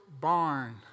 barn